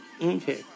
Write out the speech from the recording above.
Okay